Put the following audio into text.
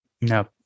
No